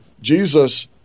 Jesus